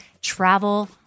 travel